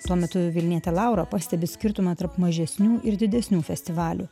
tuo metu vilnietė laura pastebi skirtumą tarp mažesnių ir didesnių festivalių